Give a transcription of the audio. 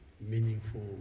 meaningful